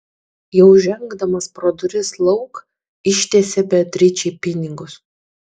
jau žengdamas pro duris lauk ištiesė beatričei pinigus